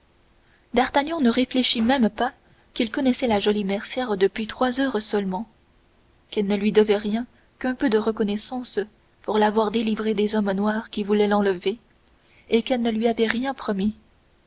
d'artagnan ne réfléchit pas seulement qu'il connaissait la jolie mercière depuis trois heures seulement qu'elle ne lui devait rien qu'un peu de reconnaissance pour l'avoir délivrée des hommes noirs qui voulaient l'enlever et qu'elle ne lui avait rien promis